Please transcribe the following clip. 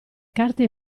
carte